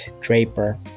Draper